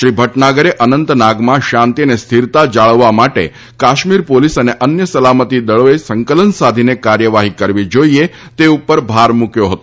શ્રી ભટનાગરે અનંતનાગમાં શાંતિ અને સ્થિરતા જાળવવા માટે કાશ્મીર પોલીસ અને અન્ય સલામતી દળોએ સંકલન સાધીને કાર્યવાહી કરવી જોઇએ તે ઉપર ભાર મૂક્યો હતો